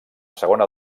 segona